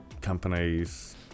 companies